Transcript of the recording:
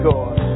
God